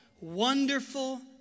wonderful